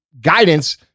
guidance